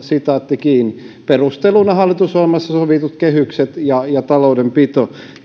perusteluna hallitusohjelmassa sovitut kehykset ja ja taloudenpito